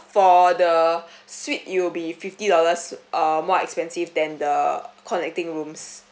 for the suite it will be fifty dollars uh more expensive than the connecting rooms